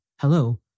hello